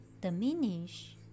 diminish